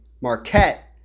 Marquette